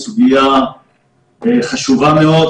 בסוגיה חשובה מאוד.